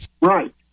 Right